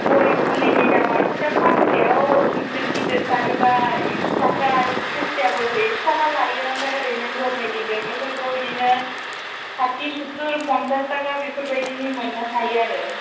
गय फुलिनि दामाथ' दा फांसेयाव गिदिर गिदिर थारोबा एखस' थाखा आरो खासियाफोरखौ एखस' थाखा लायो ओमफ्राय ओरैनो नरमेलि गायनायफोरखौ इदिनो साथि सुदथुर फनसास थाखा बेफोरबायदिनि मोननो हायो आरो